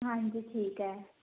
ਹਾਂਜੀ ਠੀਕ ਹੈ